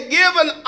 given